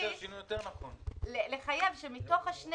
יותר נכון ------ לחייב שבתוך השני